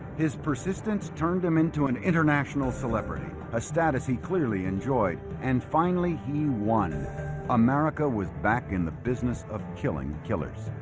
his persistence turned him into an international celebrity a status he clearly enjoyed and finally he won america was back in the business of killing killers